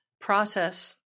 process